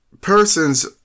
Persons